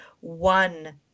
one